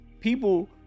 people